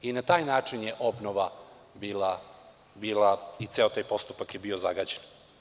I na taj način je obnova i ceo taj postupak bio zagađen.